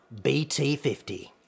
BT50